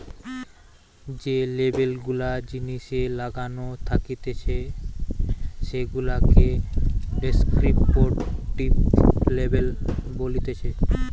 যে লেবেল গুলা জিনিসে লাগানো থাকতিছে সেগুলাকে ডেস্ক্রিপটিভ লেবেল বলতিছে